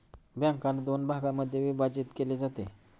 बँकांना दोन भागांमध्ये विभाजित केले जाते